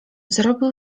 zrobił